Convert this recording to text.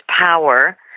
power